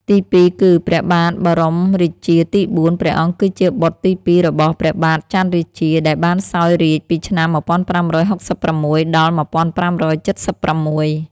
ទីពីរគឺ ព្រះបាទបរមរាជាទី៤ ព្រះអង្គគឺជាបុត្រទី២ របស់ព្រះបាទចន្ទរាជា ដែលបានសោយរាជ្យពីឆ្នាំ ១៥៦៦ ដល់ ១៥៧៦។